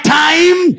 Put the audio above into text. time